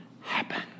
happen